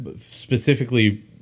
specifically